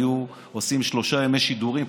היו עושים שלושה ימי שידורים,